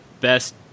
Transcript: best